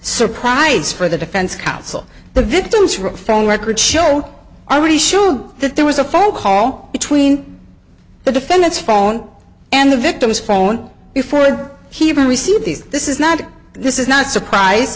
surprise for the defense counsel the victims for phone records show already showed that there was a phone call between the defendant's phone and the victim's phone before he even received these this is not this is not surprise